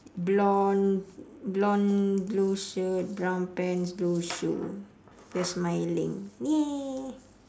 blonde blonde blue shirt brown pants blue shoe they are smiling !yay!